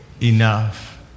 enough